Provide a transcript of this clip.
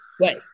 Right